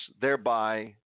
thereby